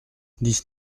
dix